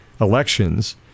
elections